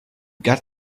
got